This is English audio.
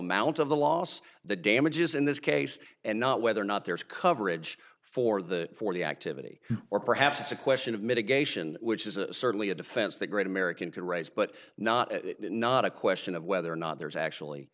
amount of the loss the damages in this case and not whether or not there is coverage for the for the activity or perhaps it's a question of mitigation which is certainly a defense that great american can rise but not not a question of whether or not there is actually